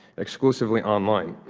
exclusively online.